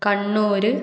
Kannur